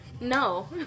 No